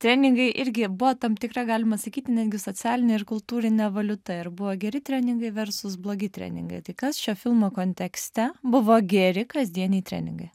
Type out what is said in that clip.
treningai irgi buvo tam tikra galima sakyti netgi socialinė ir kultūrinė valiuta ir buvo geri treningai versus blogi treningai tai kas šio filmo kontekste buvo geri kasdieniai treningai